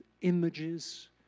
images